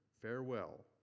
farewell